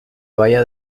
baya